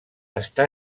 està